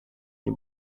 nie